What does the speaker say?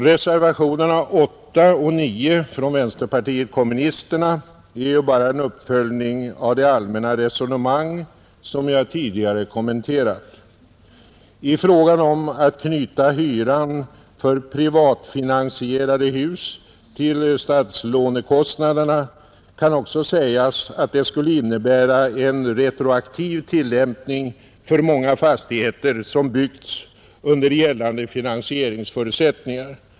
Reservationerna 8 och 9 från vänsterpartiet kommunisterna innebär bara en uppföljning av det allmänna resonemang som jag tidigare kommenterat. I fråga om att knyta hyran för privatfinansierade hus till statslånekostnaderna kan också sägas att det skulle medföra en retroaktiv tillämpning för många fastigheter som byggts under gällande finansieringsförutsättningar.